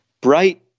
bright